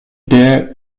der